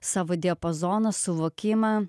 savo diapazoną suvokimą